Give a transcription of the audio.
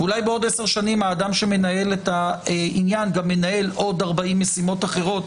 אולי בעוד עשר שנים האדם שמנהל את העניין גם מנהל עוד 40 משימות אחרות,